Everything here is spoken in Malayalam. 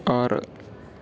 ആറ്